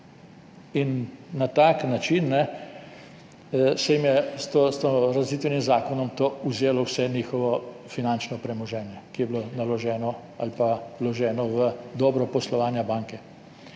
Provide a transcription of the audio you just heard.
in na tak način se jim je z razlastitvenim zakonom to vzelo, vse njihovo finančno premoženje, ki je bilo naloženo ali pa vloženo v dobro poslovanja banke.